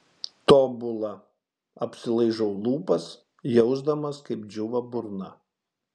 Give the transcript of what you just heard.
tobula apsilaižau lūpas jausdamas kaip džiūva burna